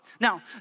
Now